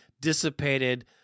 dissipated